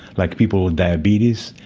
like people with diabetes,